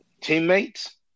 teammates